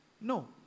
No